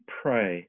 pray